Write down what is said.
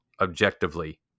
objectively